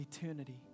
eternity